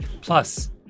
Plus